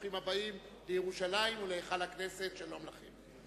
ברוכים הבאים לירושלים ולהיכל הכנסת, שלום לכם.